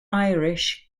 irish